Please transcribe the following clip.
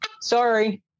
Sorry